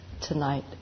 tonight